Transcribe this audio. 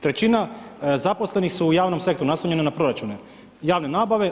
Trećina zaposlenih su u javnom sektoru, naslonjeni na proračune, javne nabave.